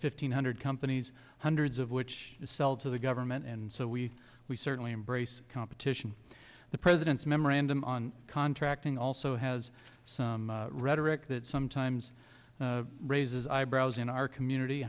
fifteen hundred companies hundreds of which sell to the government and so we we certainly embrace competition the president's memorandum on contracting also has some rhetoric that sometimes raises eyebrows in our community